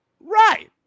Right